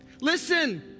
Listen